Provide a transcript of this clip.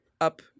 up